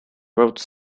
wrote